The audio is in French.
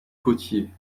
potier